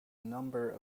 number